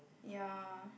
ya